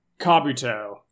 Kabuto